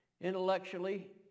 intellectually